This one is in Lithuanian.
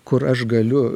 kur aš galiu